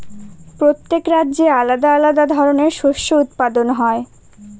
প্রত্যেক রাজ্যে আলাদা আলাদা ধরনের শস্য উৎপাদন হয়